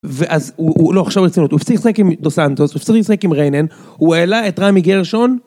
ואז, לא, עכשיו ברצינות, הוא הפסיק לשחק עם דו סנטוס, הוא הפסיק לשחק עם ריינן, הוא העלה את רמי גרשון